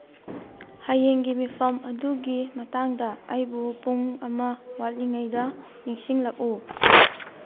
ꯍꯌꯦꯡꯒꯤ ꯃꯤꯠꯐꯝ ꯑꯗꯨꯒꯤ ꯃꯇꯥꯡꯗ ꯑꯩꯕꯨ ꯄꯨꯡ ꯑꯃ ꯋꯥꯠꯂꯤꯉꯩꯗ ꯅꯤꯡꯁꯤꯡꯂꯛꯎ